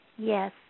Yes